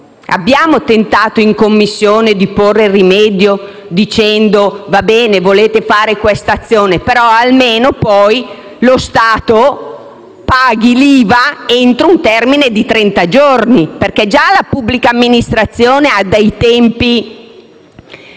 abbiamo tentato di porre rimedio, dicendo: se si vuole fare questa azione, che almeno poi lo Stato paghi l'IVA entro un termine di 30 giorni, perché già la pubblica amministrazione ha dei tempi